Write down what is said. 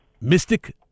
Mystic